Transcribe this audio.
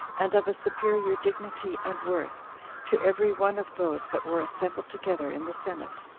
and of a superior dignity and worth to every one of those that were assembled together in the senate,